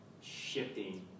shifting